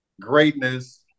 Greatness